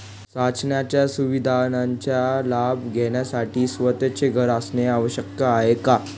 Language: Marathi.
शासनाच्या सुविधांचा लाभ घेण्यासाठी स्वतःचे घर असणे आवश्यक आहे का?